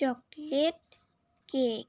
chocolate cake